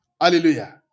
Hallelujah